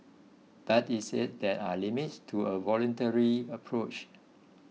but it said there are limits to a voluntary approach